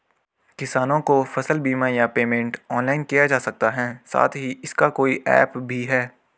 किसानों को फसल बीमा या पेमेंट ऑनलाइन किया जा सकता है साथ ही इसका कोई ऐप भी है?